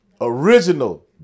original